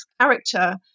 character